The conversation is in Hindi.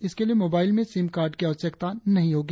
इसके लिए मोबाइल में सिम कार्ड की आवश्यकता नहीं होगी